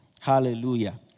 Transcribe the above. Hallelujah